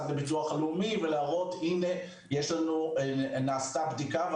לביטוח לאומי ולהראות שנעשתה בדיקה,